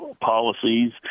policies